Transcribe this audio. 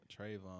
Trayvon